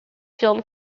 film